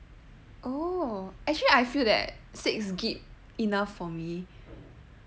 oh actually I feel that six good enough for me